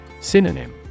Synonym